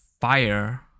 fire